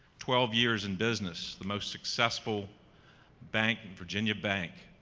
twelve years in business, the most successful bank, and virginia bank,